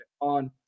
on